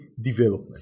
development